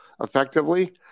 effectively